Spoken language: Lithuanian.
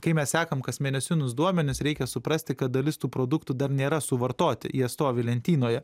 kai mes sekam kasmėnesinius duomenis reikia suprasti kad dalis tų produktų dar nėra suvartoti jie stovi lentynoje